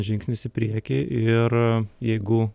žingsnis į priekį ir jeigu